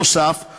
נוסף על כך,